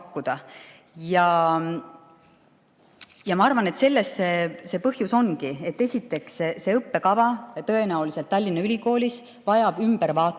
pakkuda. Ma arvan, et selles põhjus ongi, et esiteks see õppekava tõenäoliselt Tallinna Ülikoolis vajab ümbervaatamist,